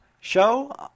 show